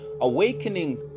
Awakening